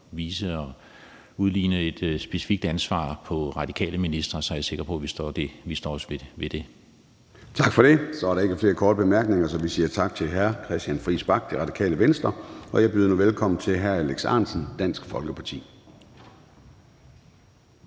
vise og udligne et specifikt ansvar på radikale ministre, er jeg sikker på, at vi står ved det. Kl. 11:06 Formanden (Søren Gade): Tak for det, og så der ikke flere korte bemærkninger. Så vi siger tak til hr. Christian Friis Bach, Radikale Venstre, og jeg byder nu velkommen til hr. Alex Ahrendtsen, Dansk Folkeparti.